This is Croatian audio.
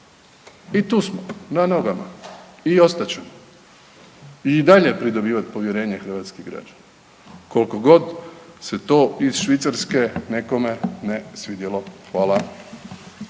i tu smo na nogama i ostat ćemo i dalje pridobivat povjerenje hrvatskih građana kolikogod se to iz Švicarske nekome ne svidjelo. Hvala.